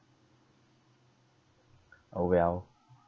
orh well